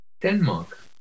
Denmark